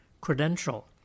credential